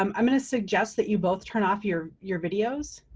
um i'm gonna suggest that you both turn off your your videos